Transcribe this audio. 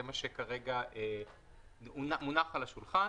זה מה שכרגע מונח על השולחן.